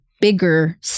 bigger